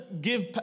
give